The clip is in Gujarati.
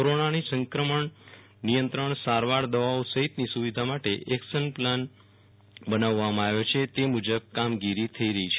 કોરોનાના સંક્રમણ નિયંત્રણ સારવાર દવાઓ સહિતની સુવિધા માટે એક્શન પ્લાન બનાવવામાં આવ્યો છે તે મુજબ કામગીરી થઇ રહી છે